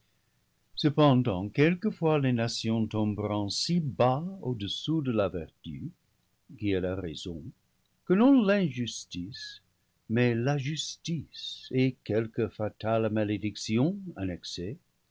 cependant quelquefois les nations tomberont si bas au-dessous de la vertu qui est la raison que non l'injustice mais la justice et quelque fatale malédiction